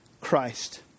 Christ